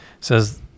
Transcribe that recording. says